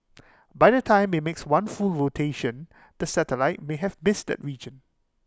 by the time IT makes one full rotation the satellite may have missed that region